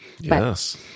Yes